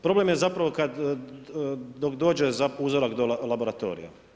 Problem je zapravo kad dok dođe uzorak do laboratorija.